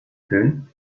fön